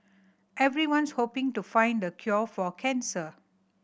everyone's hoping to find the cure for cancer